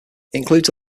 includes